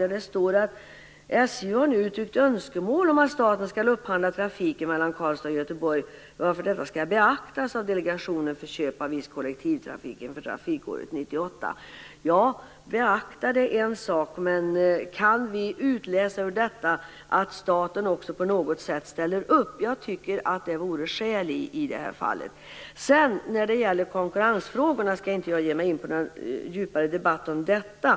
Där står att SJ nu har uttryckt önskemål om att staten skall upphandla trafiken mellan Karlstad och Göteborg, varför detta skall beaktas av Delegationen för köp av viss kollektivtrafik inför trafikåret 1998. Att beakta är en sak, men kan vi ur detta utläsa att staten också på något sätt ställer upp? Jag tycker att det finns skäl att göra det i det här fallet. Jag skall inte ge mig in på någon djupare debatt om konkurrensfrågorna.